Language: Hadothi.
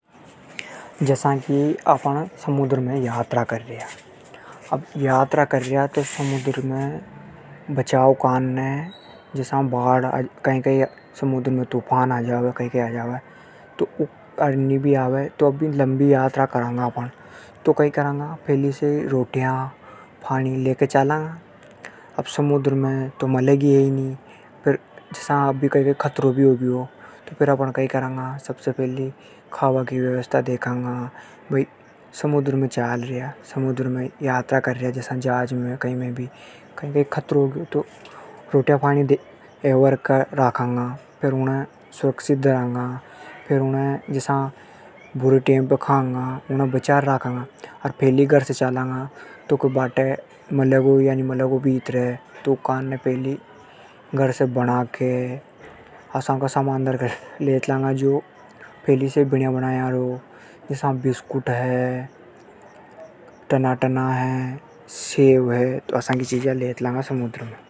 जसा अपण समुद्र में यात्रा कर्या। लंबी यात्रा करबा काने रोटी पानी लेके चालांगा। जसा कई भी खतरों होग्यो तो फैली खाबा की व्यवस्था देखेंगा । घर से लेके चालांगा बाट में मले नी मले। तो असा करांगा।